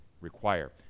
require